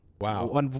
Wow